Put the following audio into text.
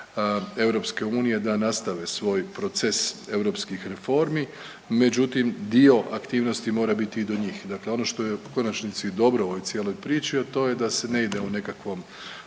signal EU da nastave svoj proces europskih reformi, međutim dio aktivnosti mora biti i do njih, dakle ono što je u konačnici dobro u ovoj cijeloj priči, a to je da se ne ide u nekakvom